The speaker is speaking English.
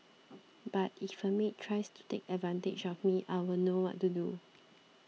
but if a maid tries to take advantage of me I'll know what to do